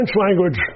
language